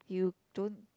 you don't